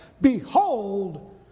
Behold